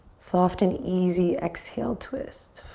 soft and easy, exhale, twist.